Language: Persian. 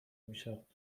میشود